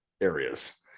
areas